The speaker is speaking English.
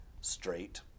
straight